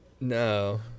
No